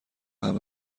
همه